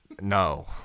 No